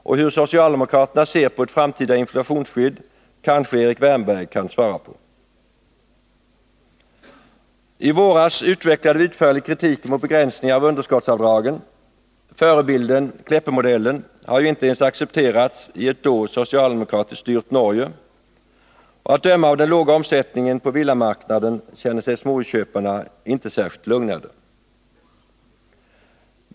Och hur socialdemokraterna ser på ett framtida inflationsskydd kanske Erik Wärnberg kan svara på. I våras utvecklade vi utförligt kritiken mot begränsningar av underskottsavdragen. Förebilden, Kleppemodellen, har ju inte ens accepterats i ett då socialdemokratiskt styrt Norge, och att döma av den låga omsättningen på villamarknaden känner sig småhusköparna inte särskilt lugnade.